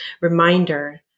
reminder